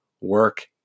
work